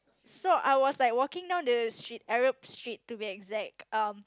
so I was like walking down the street Arab Street to be exact um